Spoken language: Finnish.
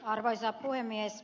arvoisa puhemies